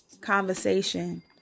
conversation